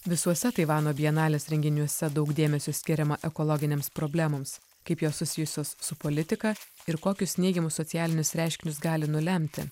visuose taivano bienalės renginiuose daug dėmesio skiriama ekologinėms problemoms kaip jos susijusios su politika ir kokius neigiamus socialinius reiškinius gali nulemti